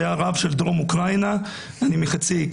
שהיה הרב של דרום אוקראינה אני מחצי האי